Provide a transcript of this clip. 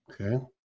Okay